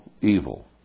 evil